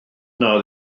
yna